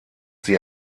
sie